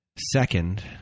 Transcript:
second